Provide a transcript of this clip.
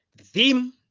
Theme